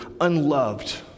unloved